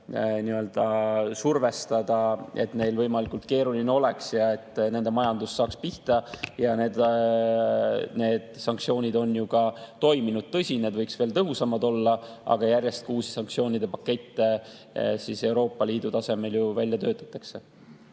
majandust survestada, et neil võimalikult keeruline oleks ja et nende majandus saaks pihta. Ja need sanktsioonid on ju ka toiminud. Tõsi, need võiks veel tõhusamad olla, aga järjest uusi sanktsioonide pakette Euroopa Liidu tasemel välja töötatakse.